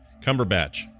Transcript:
Cumberbatch